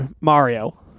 Mario